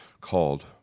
called